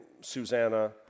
Susanna